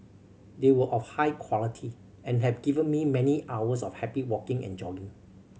they were of high quality and have given me many hours of happy walking and jogging